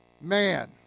Man